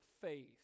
faith